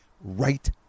right